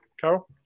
Carol